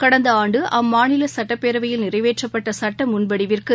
கடந்த ஆண்டு அம்மாநில சட்டப்பேரவையில் நிறைவேற்றப்பட்ட சட்ட முன்வடிவிற்கு